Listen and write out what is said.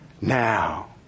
now